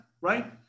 right